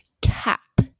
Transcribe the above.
cap